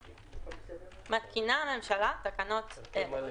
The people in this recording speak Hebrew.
מתקינה הממשלה תקנות אלה: